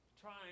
trying